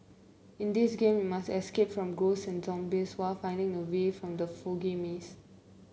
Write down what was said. in this game you must escape from ghosts and zombies while finding the way from the foggy maze